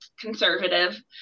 conservative